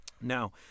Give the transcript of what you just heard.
Now